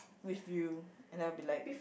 with you and I'll be like